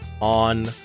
on